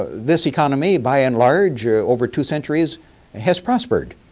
this economy by and large over two centuries has prospered.